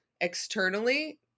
externally